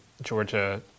Georgia